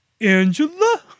Angela